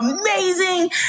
amazing